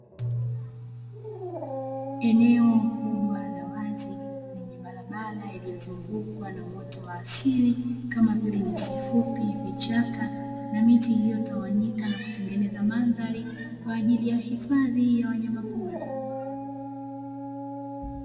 Eneo kubwa la wazi lenye barabara iliyozungukwa na uoto wa asili kama vile nyasi fupi, vichaka na miti iliyotawanyika na kutengeneza mandhari kwa ajili ya hifadhi ya wanyama pori.